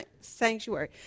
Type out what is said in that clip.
sanctuary